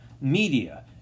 media